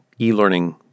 e-learning